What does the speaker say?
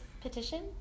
petition